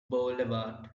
boulevard